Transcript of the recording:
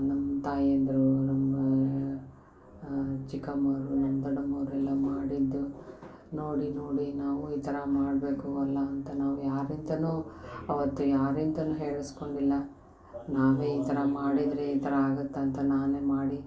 ನಮ್ಮ ತಾಯಂದಿರು ನಮ್ಮ ಚಿಕಮ್ಮ ಅವರು ನಮ್ಮ ದೊಡಮ್ಮ ಅವ್ರು ಎಲ್ಲ ಮಾಡಿದ್ದು ನೋಡಿ ನೋಡಿ ನಾವು ಈ ಥರ ಮಾಡಬೇಕು ಅಲ್ಲಾ ಅಂತ ನಾವು ಯಾರಿಂದನು ಅವತ್ತು ಯಾರಿಂದನು ಹೇಳ್ಸ್ಕೊಂಡಿಲ್ಲ ನಾವೇ ಈ ಥರ ಮಾಡಿದ್ದರೆ ಈ ಥರ ಆಗತ್ತೆ ಅಂತ ನಾನೇ ಮಾಡಿ